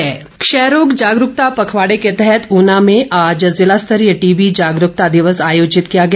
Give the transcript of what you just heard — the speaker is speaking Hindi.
टीबी दिवस क्षय रोग जागरूकता पखवाड़े के तहत ऊना में आज ज़िलास्तरीय टीबी जागरूकता दिवस आयोजित किया गया